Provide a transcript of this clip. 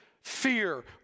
fear